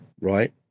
right